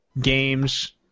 games